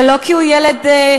זה לא כי הוא ילד בסיכון,